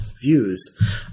views